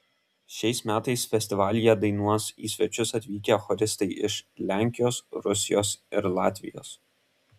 šiais metais festivalyje dainuos į svečius atvykę choristai iš lenkijos rusijos ir latvijos